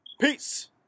Peace